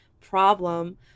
problem